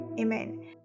amen